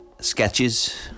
sketches